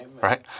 right